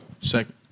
Second